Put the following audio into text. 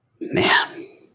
Man